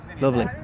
Lovely